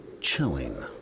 chilling